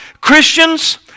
Christians